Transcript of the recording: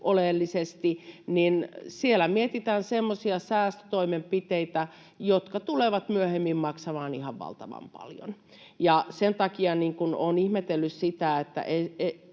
oleellisesti, että siellä mietitään semmoisia säästötoimenpiteitä, jotka tulevat myöhemmin maksamaan ihan valtavan paljon. Sen takia olen ihmetellyt sitä, että